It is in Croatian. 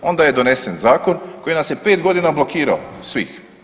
Onda je donesen zakon koji nas je 5 godina blokirao, svih.